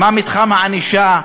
מה מתחם הענישה?